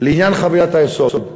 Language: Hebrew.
לעניין חבילת היסוד,